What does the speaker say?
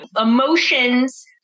Emotions